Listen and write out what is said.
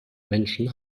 menschen